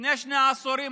לפני שני עשורים,